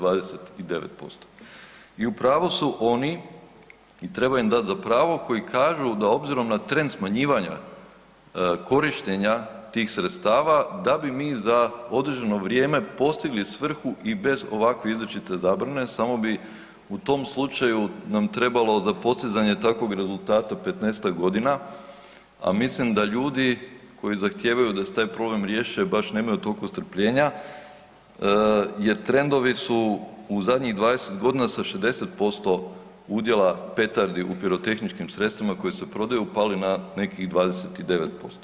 I u pravu su oni i treba im dat za pravo koji kažu da obzirom na trend smanjivanja korištenja tih sredstava, da bi mi za određeno vrijeme postigli svrhu i bez ovakve izričite zabrane, samo bi u tom slučaju nam trebalo za postizanje takvog rezultata 15-tak godina, a mislim da ljudi koji zahtijevaju da se taj problem riješi, a baš nemaju toliko strpljenja jer trendovi su u zadnjih 20 godina sa 60% udjela petardi u pirotehničkim sredstvima koje se prodaju, pali na nekih 29%